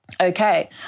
okay